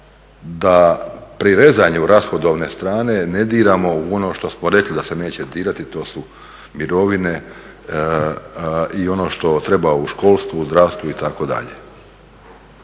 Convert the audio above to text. da pri rezanju rashodovne strane ne diramo u ono što smo rekli da se neće dirati. To su mirovine i ono što treba u školstvu, zdravstvu itd.